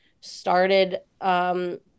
started –